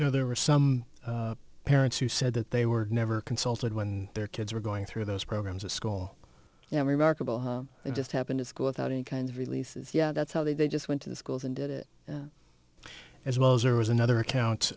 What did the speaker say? you know there were some parents who said that they were never consulted when their kids were going through those programs of school you know remarkable how it just happened to school without any kind of releases yeah that's how they just went to the schools and did it as well as there was another account